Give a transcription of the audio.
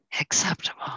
acceptable